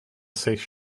sechs